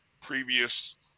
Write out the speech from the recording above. previous